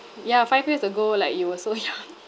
ya five years ago like you were so young